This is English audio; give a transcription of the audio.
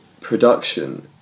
production